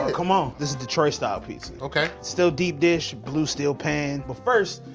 ah come on! this is detroit-style pizza. ok. still deep-dish, blue steel pan, but first,